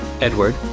Edward